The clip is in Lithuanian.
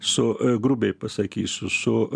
su grubiai pasakysiu su